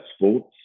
sports